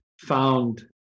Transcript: found